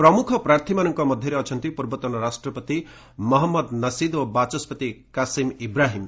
ପ୍ରମୁଖ ପ୍ରାର୍ଥୀମାନଙ୍କ ମଧ୍ୟରେ ଅଛନ୍ତି ପୂର୍ବତନ ରାଷ୍ଟ୍ରପତି ମହମ୍ମଦ ନସିଦ୍ ଓ ବାଚସ୍କତି କାସିମ୍ ଇବ୍ରାହିମ୍